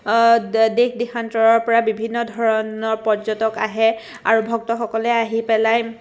দেশ দেশান্তৰৰপৰা বিভিন্ন ধৰণৰ পৰ্যটক আহে আৰু ভক্তসকলে আহি পেলাই